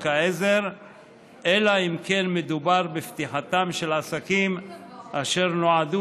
העזר אלא אם כן מדובר בפתיחתם של עסקים אשר נועדו